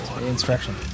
instruction